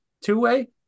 two-way